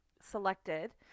selected